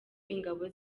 ingabo